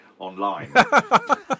online